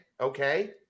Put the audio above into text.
okay